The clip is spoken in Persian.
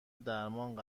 درمان